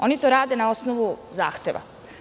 Oni to rade na osnovu zahteva.